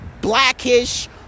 blackish